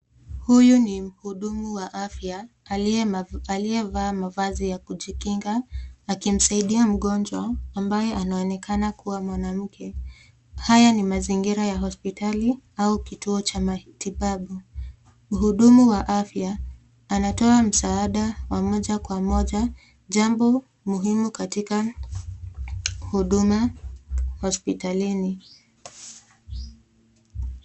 Huyu ni mhudumu wa afya aliyevaa mavazi ya kujikinga akimsaidia mgonjwa ambaye anaonekana kuwa mwanamke. Haya ni mazingira ya hospitali au kituo cha matibabu. Mhudumu wa afya anatoa msaada wa moja kwa moja, jambo muhimu katika huduma hospitalini.